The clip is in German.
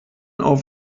auf